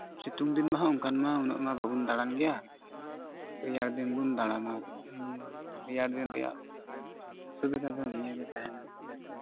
ᱥᱤᱛᱩᱝ ᱫᱤᱱ ᱢᱟ ᱦᱟᱸᱜ ᱚᱱᱠᱟ ᱢᱟ ᱩᱱᱟᱹᱜ ᱢᱟ ᱵᱟᱵᱚᱱ ᱫᱟᱬᱟᱱ ᱜᱮᱭᱟ ᱨᱮᱭᱟᱲ ᱫᱤᱱ ᱵᱚᱱ ᱫᱟᱬᱟᱱᱟ ᱨᱮᱭᱟᱲ ᱫᱤᱱ ᱨᱮᱭᱟᱜ ᱥᱩᱵᱤᱫᱷᱟ ᱫᱚ ᱱᱤᱭᱟᱹᱜᱮ ᱛᱟᱦᱮᱱᱟ ᱡᱟᱛᱮ